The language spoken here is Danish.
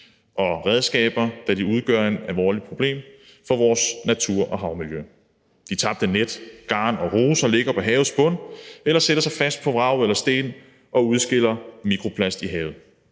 redskaber, da de udgør et alvorligt problem for vores natur og havmiljø. De tabte net, garn og roser ligger på havets bund eller sætter sig fast på vrag eller sten og udskiller mikroplast i havet.